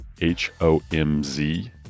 h-o-m-z